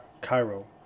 Cairo